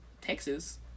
texas